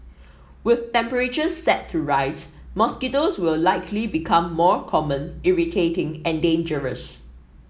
with temperatures set to rise mosquitoes will likely become more common irritating and dangerous